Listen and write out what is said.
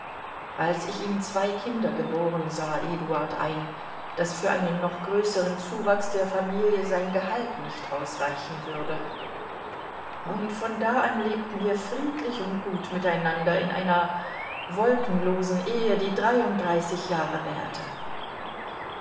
als ich ihm zwei kinder geboren sah eduard ein daß für einen noch größeren zuwachs der familie sein gehalt nicht ausreichen würde und von da an lebten wir friedlich und gut mit einander in einer wolkenlosen ehe die dreiunddreißig jahre währte